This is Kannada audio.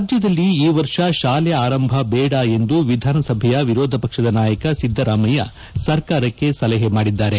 ರಾಜ್ಯದಲ್ಲಿ ಈ ವರ್ಷ ಶಾಲೆ ಆರಂಭ ಬೇಡ ಎಂದು ವಿಧಾನಸಭೆ ವಿರೋಧ ಪಕ್ಷದ ನಾಯಕ ಸಿದ್ದರಾಮಯ್ಯ ಸರ್ಕಾರಕ್ಕೆ ಸಹೆ ನೀಡಿದ್ದಾರೆ